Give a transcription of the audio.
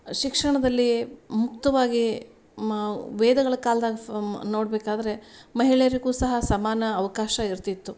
ಶಿಕ್ಷಣದಲ್ಲಿ ಮುಕ್ತವಾಗಿ ಮಾವ್ ವೇದಗಳ ಕಾಲ್ದಾಗ ನೋಡ್ಬೇಕಾದರೆ ಮಹಿಳೆಯರಿಗು ಸಹ ಸಮಾನ ಅವಕಾಶ ಇರ್ತಿತ್ತು